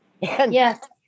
Yes